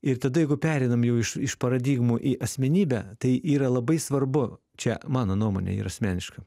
ir tada jeigu pereinam jau iš iš paradigmų į asmenybę tai yra labai svarbu čia mano nuomonė yra asmeniška